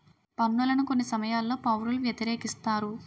పన్నులను కొన్ని సమయాల్లో పౌరులు వ్యతిరేకిస్తారు